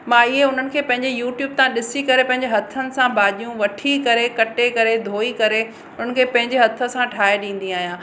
मां इहे उन्हनि खे पंहिंजे यूट्यूब सां ॾिसी करे पंहिंजे हथनि सां भाॼियूं वठी करे कटे करे धोई करे उनखे पंहिंजे हथ सां ठाहे ॾींदी आहियां